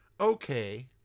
Okay